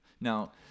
Now